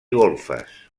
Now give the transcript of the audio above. golfes